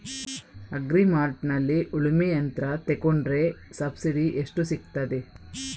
Agri ಮಾರ್ಟ್ನಲ್ಲಿ ಉಳ್ಮೆ ಯಂತ್ರ ತೆಕೊಂಡ್ರೆ ಸಬ್ಸಿಡಿ ಎಷ್ಟು ಸಿಕ್ತಾದೆ?